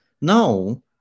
No